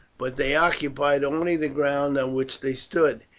but they occupied only the ground on which they stood,